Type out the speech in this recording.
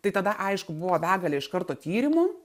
tai tada aišku buvo begalė iš karto tyrimų